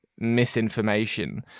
Misinformation